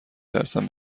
ترسم